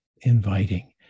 Inviting